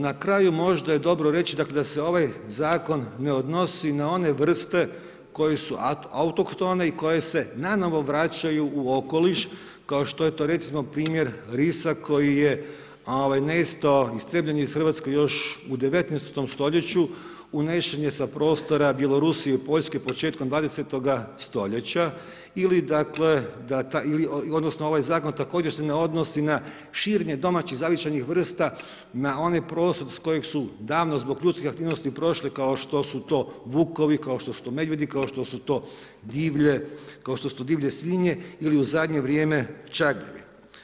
Na raku možda je dobro reći dakle da se ovaj zakon ne odnosi na one vrste koje su autohtone i koje se nanovo vraćaju u okoliš kao što je to recimo primjer risa koji je nestao, istrijebljen je iz Hrvatske još u 19. stoljeću, unesen je sa prostora Bjelorusije i Poljske početkom 20. stoljeća ili dakle, odnosno ovaj zakon također se ne odnosi na širenje domaćih zavičajnih vrsta na onaj prostor s kojeg su davno zbog ljudskih aktivnosti prošli kao što su to vukovi, kao što su to medvjedi, kao što su to divlje svinje ili u zadnje vrijeme čagljevi.